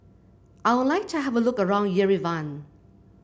I would like to have a look around Yerevan